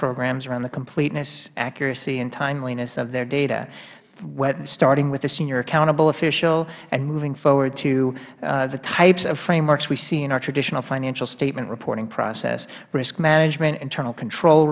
programs around the completeness accuracy and timeliness of their data starting with the senior accountable official and moving forward to the types of frameworks we see in our traditional financial statement reporting process risk management internal control